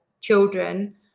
children